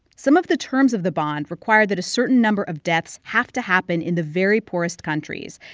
some of the terms of the bond require that a certain number of deaths have to happen in the very poorest countries,